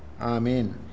amen